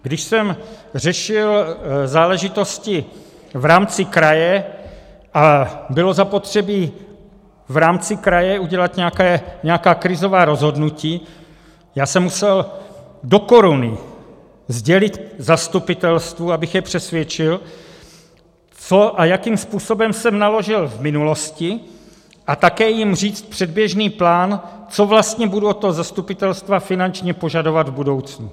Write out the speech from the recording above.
Když jsem řešil záležitosti v rámci kraje a bylo zapotřebí v rámci kraje udělat nějaká krizová rozhodnutí, já jsem musel do koruny sdělit zastupitelstvu, abych je přesvědčil, co a jakým způsobem jsem naložil v minulosti, a také jim říct předběžný plán, co vlastně budu od toho zastupitelstva finančně požadovat v budoucnu.